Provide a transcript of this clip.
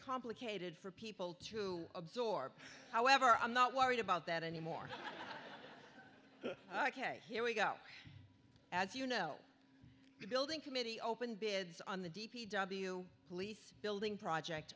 complicated for people to absorb however i'm not worried about that anymore ok here we go as you know the building committee open beds on the d p w police building project